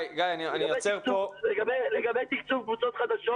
לגבי תקצוב קבוצות חדשות.